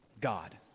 God